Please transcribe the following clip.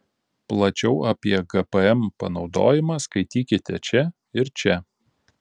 plačiau apie gpm panaudojimą skaitykite čia ir čia